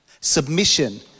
submission